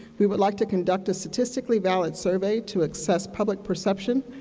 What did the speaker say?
we would like to conduct a statistically valid survey to assess public perception,